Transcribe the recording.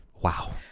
wow